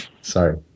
Sorry